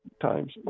times